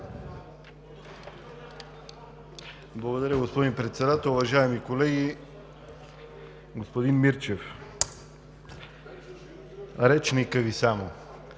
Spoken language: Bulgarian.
Благодаря, господин Председател. Уважаеми колеги! Господин Мирчев, речникът Ви само